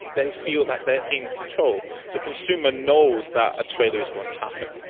they feel that they're in control the consumer knows that a trader is gonna happen.